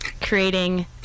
creating